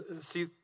See